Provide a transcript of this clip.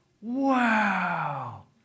Wow